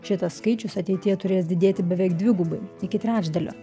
šitas skaičius ateityje turės didėti beveik dvigubai iki trečdalio